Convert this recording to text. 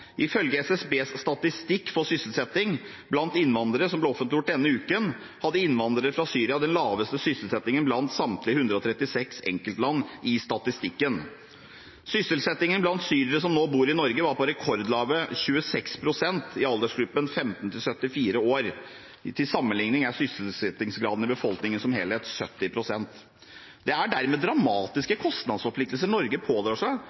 Ifølge SSBs statistikk for sysselsetting blant innvandrere, som ble offentliggjort denne uken, hadde innvandrere fra Syria den laveste sysselsettingen blant samtlige 136 enkeltland i statistikken. Sysselsettingen blant syrerne som nå bor i Norge, var på rekordlave 26 pst. i aldersgruppen 15–74 år. Til sammenlikning er sysselsettingsgraden i befolkningen som helhet 70 pst. Det er dermed dramatiske kostnadsforpliktelser Norge pådrar seg